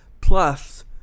Plus